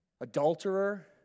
adulterer